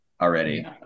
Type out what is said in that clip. already